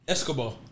Escobar